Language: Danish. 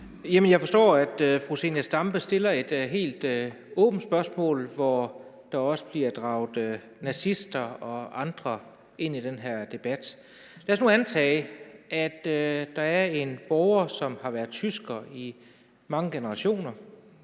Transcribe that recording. Jeg forstår, at fru Zenia Stampe stiller et helt åbent spørgsmål, hvor der også bliver draget nazister og andre ind i den her debat. Lad os nu antage, at der er en borger, hvis familie har været tysk i mange generationer,